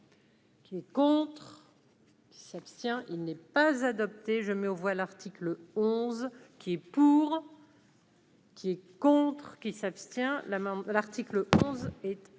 Qui est contre. S'abstient, il n'est pas adopté, je mets aux voix, l'article 11. Qui est pour. Qui est contre qui s'abstient la mort, l'article 11 est adopté.